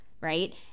right